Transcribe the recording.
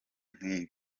nk’ibi